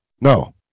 no